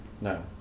no